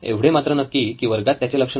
एवढे मात्र नक्की की वर्गात त्याचे लक्ष नाही